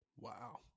Wow